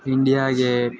India gate